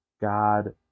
god